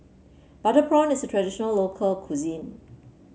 Butter Prawn is a traditional local cuisine